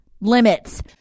limits